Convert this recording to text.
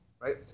right